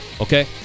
okay